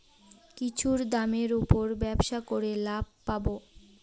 কিছুর দামের উপর ব্যবসা করে লাভ পাবো